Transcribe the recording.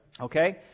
Okay